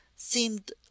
seemed